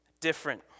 different